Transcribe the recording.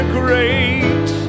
great